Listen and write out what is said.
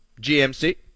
GMC